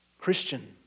Christian